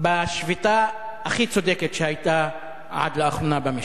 בשביתה הכי צודקת שהיתה לאחרונה במשק.